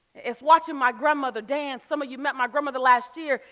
it's watching my grandmother dance. some you met my grandmother last year.